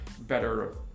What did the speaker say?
better